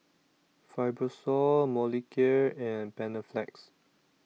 Fibrosol Molicare and Panaflex